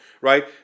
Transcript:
right